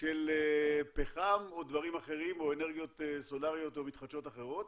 של פחם או אנרגיות סולריות או מתחדשות אחרות,